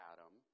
Adam